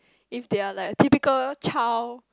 if they are like typical child